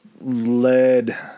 led